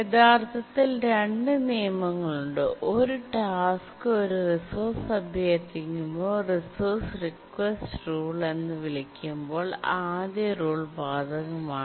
യഥാർത്ഥത്തിൽ രണ്ട് നിയമങ്ങളുണ്ട് ഒരു ടാസ്ക് ഒരു റിസോഴ്സ് അഭ്യർത്ഥിക്കുമ്പോൾ റിസോഴ്സ് റിക്വസ്റ്റ് റൂൾ എന്ന് വിളിക്കുമ്പോൾ ആദ്യ റൂൾ ബാധകമാണ്